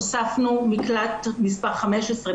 הוספנו מקלט מספר 15,